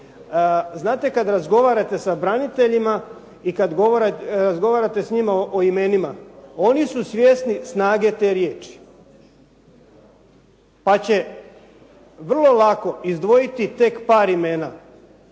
Znate kad razgovarate sa braniteljima i kad razgovarate s njima o imenima. Oni su svjesni snage te riječi pa će vrlo lako izdvojiti tek par imena.